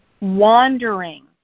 wandering